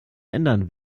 ändern